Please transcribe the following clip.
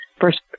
first